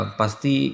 pasti